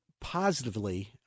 positively